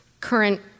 current